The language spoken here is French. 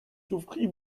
souffrit